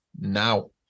now